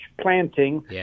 planting